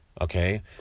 Okay